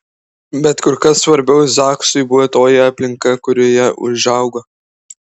bet kur kas svarbiau zaksui buvo toji aplinka kurioje užaugo